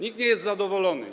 Nikt nie jest zadowolony.